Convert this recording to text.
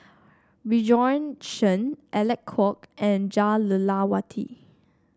Bjorn Shen Alec Kuok and Jah Lelawati